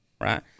right